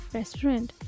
restaurant